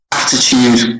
attitude